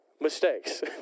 mistakes